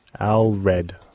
Alred